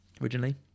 originally